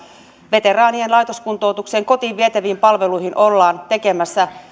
veteraanien laitoskuntoutukseen ja kotiin vietäviin palveluihin ollaan tekemässä